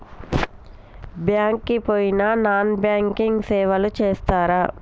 Bank కి పోయిన non banking సేవలు చేస్తరా?